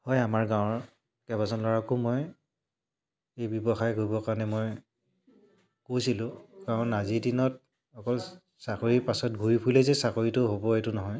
হয় আমাৰ গাঁৱৰ কেইবাজন ল'ৰাকো মই এই ব্যৱসায় কৰিবৰ কাৰণে মই কৈছিলোঁ কাৰণ আজিৰ দিনত অকল চাকৰিৰ পাছত ঘূৰি ফুৰিলেই যে চাকৰিটো হ'ব এইটো নহয়